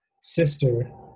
sister